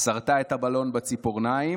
שרטה את הבלון בציפורניים,